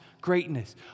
greatness